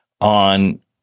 on